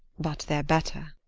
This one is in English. but they're better.